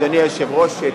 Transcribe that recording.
אדוני היושב-ראש,